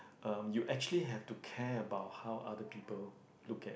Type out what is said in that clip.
you actually have to care about how other people look at